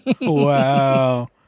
Wow